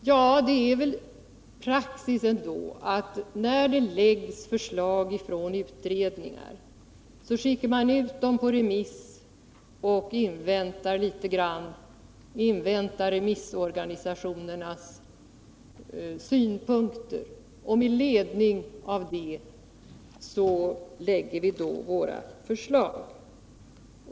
Men det är väl ändå praxis att när det läggs förslag från en utredning så skickar man ut dem på remiss, inväntar remissorganisationernas synpunkter och med ledning av dem lägger fram förslag.